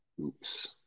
Oops